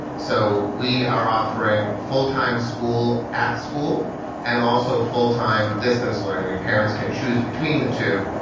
so we are offering full time school at school and also full time distance learning and parents can choose between the two.